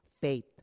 faith